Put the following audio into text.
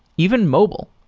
even mobile.